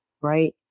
right